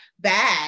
bad